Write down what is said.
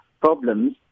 problems